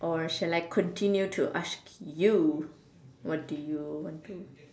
or shall I continue to ask you what do you want to